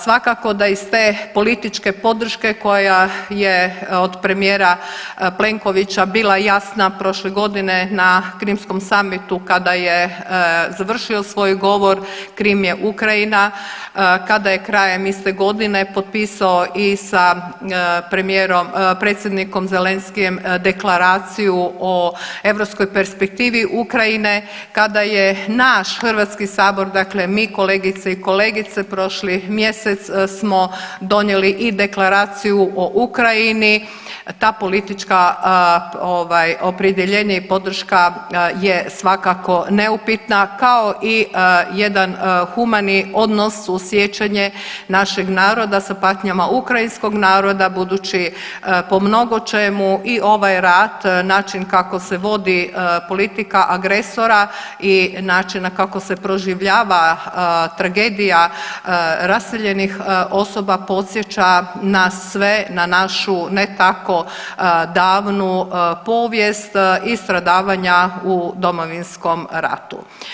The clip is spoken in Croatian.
Svakako da ih te političke podrške koja je od premijera Plenkovića bila jasna prošle godine na Krimskom summitu kada je završio svoj govor Krim je Ukrajina, kada je krajem iste godine popisao i sa predsjednikom Zelenskijem Deklaraciju o europskoj perspektivi Ukrajine, kada je naš HS dakle mi kolegice i kolege prošli mjesec smo donijeli i Deklaraciju o Ukrajini ta politička opredjeljenje i podrška je svakako neupitna kao i jedan humani odnos uz sjećanje našeg naroda sa patnjama ukrajinskog naroda budući da po mnogo čemu i ovaj rat način kako se vodi politika agresora i načina kako se proživljava tragedija raseljenih osoba podsjeća nas sve na našu ne tako davnu povijest i stradavanja u Domovinskom ratu.